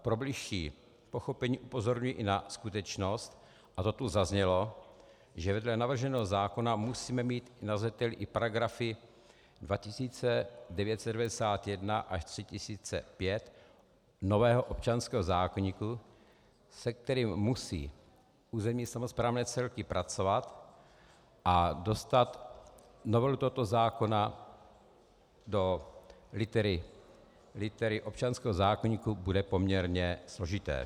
Pro bližší pochopení upozorňuji i na skutečnost, a to tu zaznělo, že vedle navrženého zákona musíme mít na zřeteli i paragrafy 2991 až 3005 nového občanského zákoníku, se kterým musí územní samosprávné celky pracovat, a dostat novelu tohoto zákona do litery občanského zákoníku bude poměrně složité.